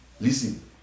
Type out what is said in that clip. Listen